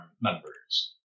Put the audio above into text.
members